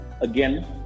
again